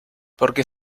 porque